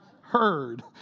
heard